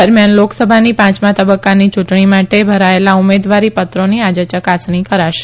દરમિયાન લોકસભાની પાંચમા તબક્કાની ચૂંટણી માટે ભરાયેલા ઉમેદવારી પત્રોની આજે યકાસણી કરશે